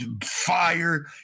Fire